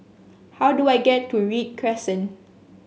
how do I get to Read Crescent